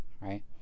right